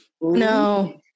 no